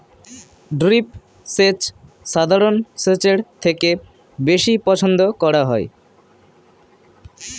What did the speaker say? drip সেচ সাধারণ সেচের থেকে বেশি পছন্দ করা হয়